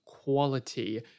quality